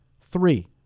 three